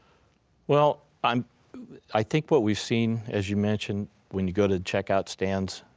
well, um i think what we've seen as you mentioned, when you go to check-out stands,